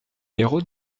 héros